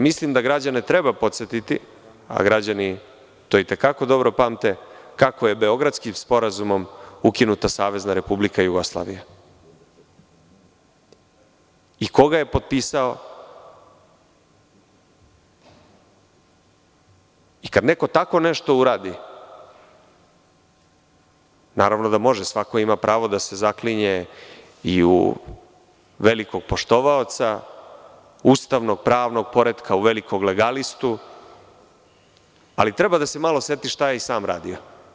Mislim da građane treba podsetiti, a građani to itekako dobro pamte kako je Beogradskim sporazumom ukinuta SRJ i ko ga je potpisao i kada neko tako nešto uradi, naravno da može jer svako ima pravo da se zaklinje i u velikog poštovaoca ustavnog pravnog poretka, u velikog legalistu, treba da se seti šta je i sam radio.